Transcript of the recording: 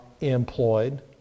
employed